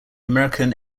american